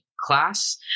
class